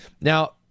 Now